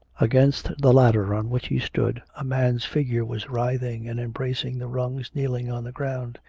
against the ladder on which he stood, a man's figure was writhing and embracing the rungs kneeling on the ground.